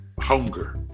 hunger